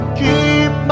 keep